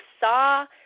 saw